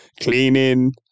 cleaning